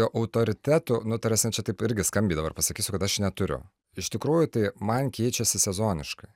autoritetų nu tarsim čia taip irgi skambiai pasakysiu kad aš neturiu iš tikrųjų tai man keičiasi sezoniškai